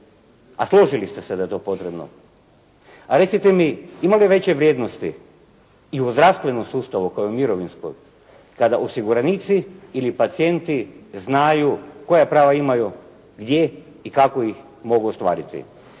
a složili ste se da je to potrebno. A recite mi ima li veće vrijednosti i u zdravstvenom sustavu kao i u mirovinskom kada osiguranici ili pacijenti znaju koja prava imaju, gdje i kako ih mogu ostvariti?